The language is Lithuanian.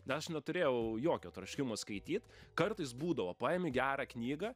aš neturėjau jokio troškimo skaityt kartais būdavo paimi gerą knygą